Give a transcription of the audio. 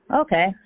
Okay